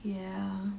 ya